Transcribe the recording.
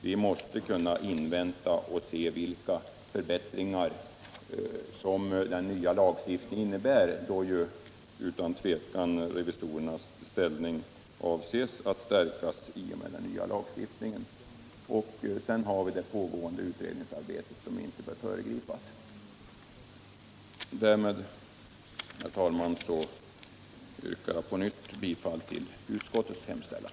Vi måste kunna avvakta och se vilka förbättringar den nya lagstiftningen innebär, då ju utan tvivel revisorernas ställning avses bli stärkt i och med den nya lagstiftningen. Vidare har vi att ta hänsyn till det pågående utredningsarbetet, som inte bör föregripas. Därmed, herr talman, yrkar jag på nytt bifall till utskottets hemställan.